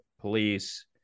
police